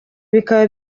bikaba